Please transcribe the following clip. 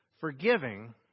Forgiving